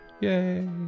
Yay